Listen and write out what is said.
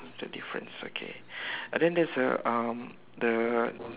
so difference okay uh then there is a um the